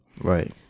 right